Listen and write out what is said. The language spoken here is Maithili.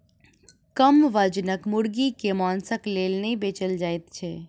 कम वजनक मुर्गी के मौंसक लेल नै बेचल जाइत छै